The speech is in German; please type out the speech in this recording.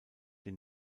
den